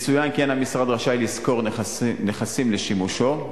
יצוין כי אין המשרד רשאי לשכור נכסים לשימושו,